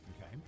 Okay